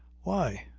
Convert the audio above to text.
why!